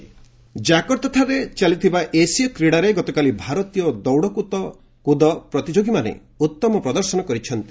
Asian Games ଜାକର୍ତ୍ତାଠାରେ ଚାଲିଥିବା ଏସୀୟ କ୍ରୀଡ଼ାରେ ଗତକାଲି ଭାରତୀୟ ଦୌଡ଼କୁଦ ପ୍ରତିଯୋଗୀମାନେ ଉତ୍ତମ ପ୍ରଦର୍ଶନ କରିଛନ୍ତି